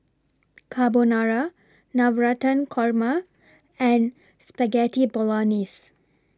Carbonara Navratan Korma and Spaghetti Bolognese